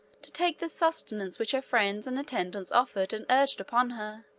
to take the sustenance which her friends and attendants offered and urged upon her.